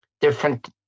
different